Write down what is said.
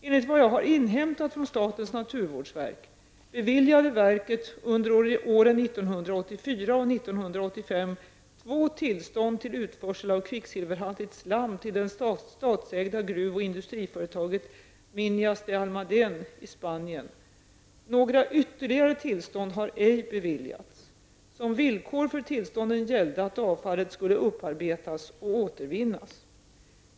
Enligt vad jag har inhämtat från statens naturvårdsverk beviljade verket under åren 1984 Några ytterligare tillstånd har ej beviljats. Som villkor för tillstånden gällde att avfallet skulle upparbetas och återvinnas.